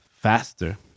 faster